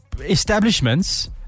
establishments